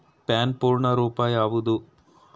PAN ಪೂರ್ಣ ರೂಪ ಯಾವುದು?